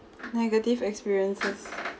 negative experiences